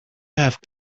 have